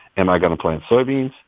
am i going to plant soybeans?